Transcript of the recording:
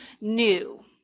new